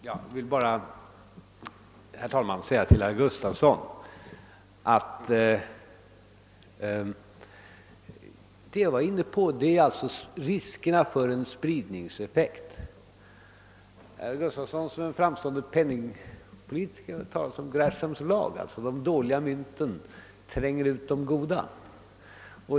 Herr talman! Till herr Gustafson i Göteborg vill jag bara säga, att det jag var inne på är riskerna för en spridningseffekt. Herr Gustafson som är en framstående penningpolitiker har väl hört talas om Greshams lag, att de dåliga mynten tränger ut de goda.